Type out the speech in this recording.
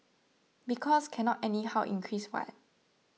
because cannot anyhow increase what